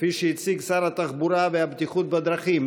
כפי שהציג אותה שר התחבורה והבטיחות בדרכים.